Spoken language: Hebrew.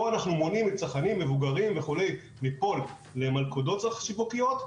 פה אנחנו מונעים מצרכנים מבוגרים וכו' ליפול למלכודות שיווקיות,